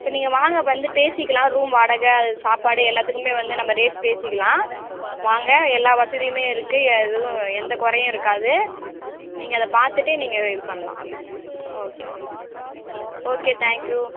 இப்போ நீங்கள் வாங்க வந்து பேசிக்கலாம் ரூம் வாடகை சாப்பாடு எல்லாத்துக்குமே வந்து நம்ம ரேட் பேசிக்கலாம் வாங்க எல்லாம் வசதியுமே இருக்கு எதுவும் எந்த குறையும் இருக்காது நீங்கள் அதை பார்த்துட்டு நீங்கள் இது பண்ணலாம் ஓகே ஓகே தேங்க் யூ